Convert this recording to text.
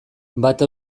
bata